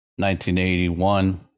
1981